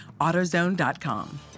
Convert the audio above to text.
AutoZone.com